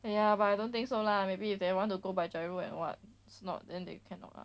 !aiya! but I don't think so lah maybe if they want to go by giro and what's not and that you cannot lah